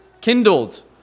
kindled